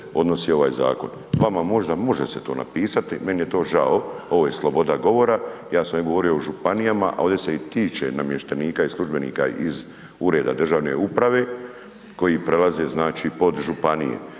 odnosi ovaj zakon. Vama možda može se to napisati, meni je to žao, ovo je sloboda govora, ja sam ovdje govorio o županijama, a ovdje se i tiče namještenika i službenika iz ureda državne uprave koji prelaze znači pod županije,